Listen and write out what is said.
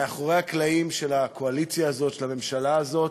מאחורי הקלעים של הקואליציה הזאת, של הממשלה הזאת,